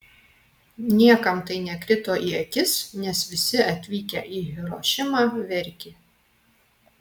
niekam tai nekrito į akis nes visi atvykę į hirošimą verkė